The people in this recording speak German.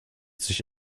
sich